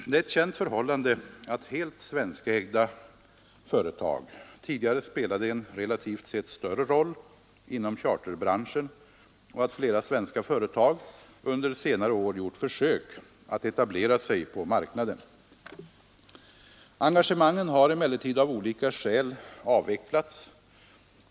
Det är ett känt förhållande att helt svenskägda företag tidigare spelade en relativt sett större roll inom charterbranschen och att flera svenska företag under senare år gjort försök att etablera sig på marknaden. Engagemangen har emellertid av olika skäl avvecklats.